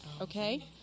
Okay